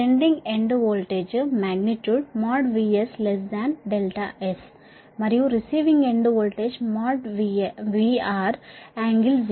sending end voltage magnitude VSㄥS మరియు receiving end voltage VRㄥ0